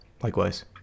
Likewise